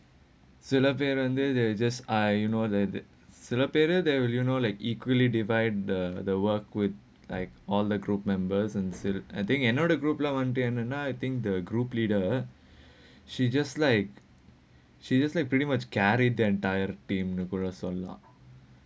சில பேர் வந்து:sila per vanthu they just ah you know like சில பேர்:sila per you know like equally divide the work with like all the group members and I think another group lah one day and and I think the group leader she just like she just like pretty much carried the entire team for us or not